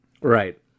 Right